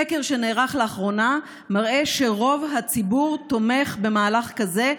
סקר שנערך לאחרונה מראה שרוב הציבור תומך במהלך כזה,